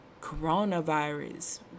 coronavirus